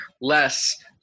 less